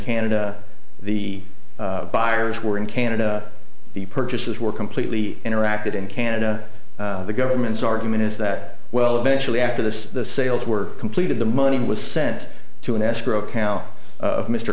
canada the buyers were in canada the purchases were completely interacted in canada the government's argument is that well eventually after the sales were completed the money was sent to an escrow account of mr